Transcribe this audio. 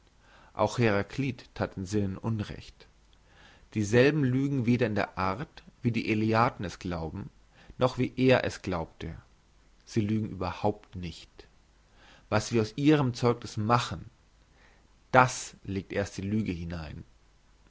auch heraklit that den sinnen unrecht dieselben lügen weder in der art wie die eleaten es glauben noch wie er es glaubte sie lügen überhaupt nicht was wir aus ihrem zeugniss machen das legt erst die lüge hinein